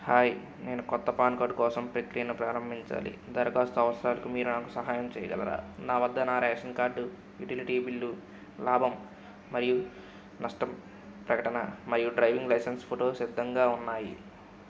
hi నేను క్రొత్త PAN card కోసం ప్రక్రియను ప్రారంభించాలి దరఖాస్తు అవసరాలకు మీరు నాకు సహాయం చేయగలరా నా వద్ద నా రేషన్ కార్డు యుటిలిటీ బిల్లు లాభం మరియు నష్టం ప్రకటన మరియు డ్రైవింగ్ లైసెన్స్ ఫోటో సిద్ధంగా ఉన్నాయి